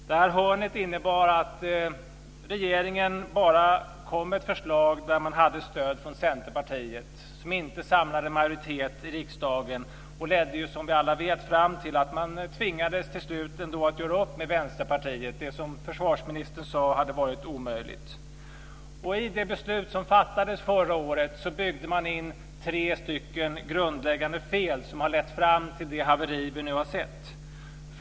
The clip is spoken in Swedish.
Det här hörnet innebar att regeringen kom med ett förslag som bara hade stöd från Centerpartiet och som inte samlade majoritet i riksdagen. Som vi alla vet ledde det fram till att man till slut ändå tvingades göra upp med Vänsterpartiet, det som försvarsministern hade sagt var omöjligt. I det beslut som fattades förra året byggde man in tre grundläggande fel som har lett fram till det haveri vi nu har sett.